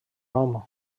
nom